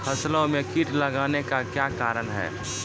फसलो मे कीट लगने का क्या कारण है?